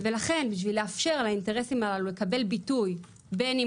בשביל לאפשר לאינטרסים האלה לקבל ביטוי, בין אם